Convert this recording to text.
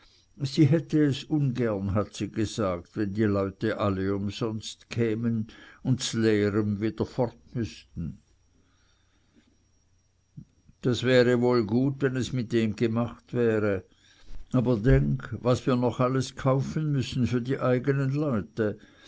sie hätte es ungern hat sie gesagt wenn die leute alle umsonst kämen und z'leerem wie der fort müßten das wäre wohl gut wenn es mit dem gemacht wäre aber denk was wir noch alles kaufen müssen für die eigenen leute